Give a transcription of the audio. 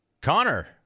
Connor